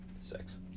six